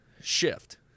shift